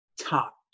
top